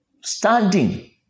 standing